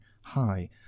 hi